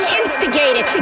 instigated